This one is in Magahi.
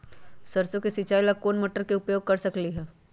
सरसों के सिचाई ला कोंन मोटर के उपयोग कर सकली ह?